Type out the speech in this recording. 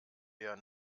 eher